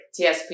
TSP